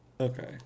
Okay